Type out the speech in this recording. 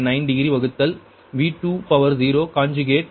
9 degree வகுத்தல் V20 conjugate plus 0